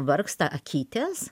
vargsta akytės